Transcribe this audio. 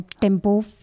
tempo